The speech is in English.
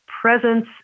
presence